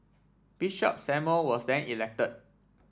Bishop Samuel was then elected